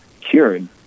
cured